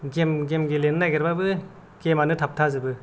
game गेलेनो नागिरब्लाबो गेमानो थाबथा जोबो